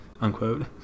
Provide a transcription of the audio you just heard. unquote